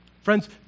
Friends